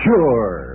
Sure